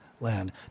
land